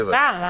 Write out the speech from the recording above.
טיפה.